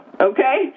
Okay